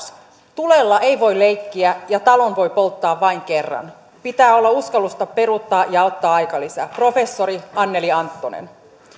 tulella ei voi leikkiä ja talon voi polttaa vain kerran pitää olla uskallusta peruuttaa ja ottaa aikalisä professori anneli anttonen